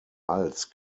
als